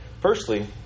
Firstly